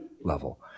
level